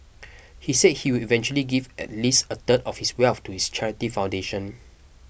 he said he will eventually give at least a third of his wealth to his charity foundation